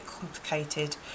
complicated